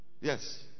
Yes